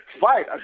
fight